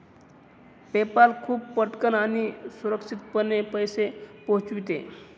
PayPal खूप पटकन आणि सुरक्षितपणे पैसे पोहोचविते